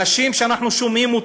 אנשים שאנחנו שומעים,